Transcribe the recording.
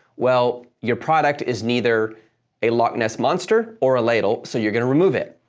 well, your product is neither a loch ness monster or a ladle, so you're going to remove it.